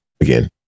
again